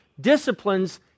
disciplines